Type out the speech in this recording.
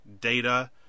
data